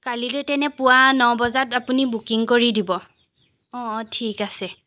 কালিলৈ তেনে পুৱা ন বজাত আপুনি বুকিং কৰি দিব অঁ অঁ ঠিক আছে